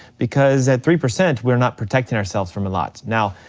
because at three percent we're not protecting ourselves from a lot. now,